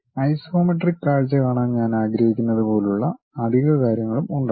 isometric കാഴ്ച കാണാൻ ഞാൻ ആഗ്രഹിക്കുന്നതുപോലുള്ള അധിക കാര്യങ്ങളും ഉണ്ടാകും